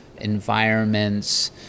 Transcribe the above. environments